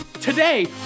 Today